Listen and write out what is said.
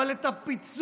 אבל את הפיצוי